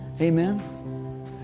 Amen